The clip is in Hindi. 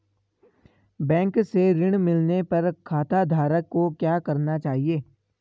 बैंक से ऋण मिलने पर खाताधारक को क्या करना चाहिए?